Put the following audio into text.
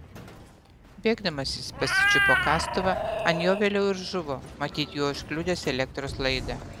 bėgdamas jis pasičiupo kastuvą ant jo vėliau ir žuvo matyt juo užkliudęs elektros laidą